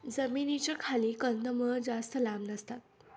जमिनीच्या खाली कंदमुळं जास्त लांब नसतात